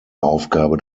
aufgabe